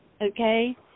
okay